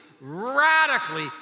radically